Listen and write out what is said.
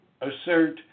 assert